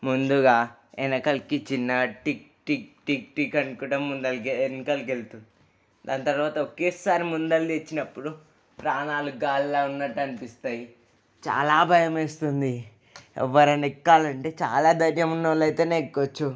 ముందుగా ఎనకల్కి చిన్నగా టిక్ టిక్ టిక్ టిక్ అనుకుంటా ముందలికి వెనకాలకి వెళ్తుంది దాని తర్వాత ఒకేసారి ముందలు తెచ్చినప్పుడు ప్రాణాలు గాల్లో ఉన్నట్టు అనిపిస్తాయి చాలా భయం వేస్తుంది ఎవరైనా ఎక్కాలంటే చాలా ధైర్యం ఉన్నోళ్లు అయితేనే ఎక్కచ్చు